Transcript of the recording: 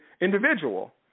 individual